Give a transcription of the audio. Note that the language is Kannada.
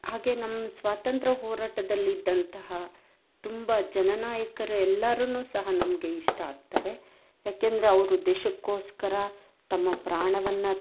ಹಾಗೆ ನಮ್ಮ ಸ್ವಾತಂತ್ರ್ಯ ಹೋರಾಟದಲ್ಲಿ ಇದ್ದಂತಹ ತುಂಬ ಜನನಾಯಕರು ಎಲ್ಲರು ಸಹ ನಮಗೆ ಇಷ್ಟ ಆಗ್ತಾರೆ ಯಾಕೆಂದರೆ ಅವರು ದೇಶಕ್ಕೋಸ್ಕರ ತಮ್ಮ ಪ್ರಾಣವನ್ನು